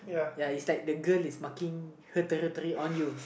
ya is like the girl is marking her territory on you